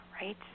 right